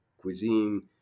cuisine